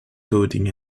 coding